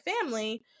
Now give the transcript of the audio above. family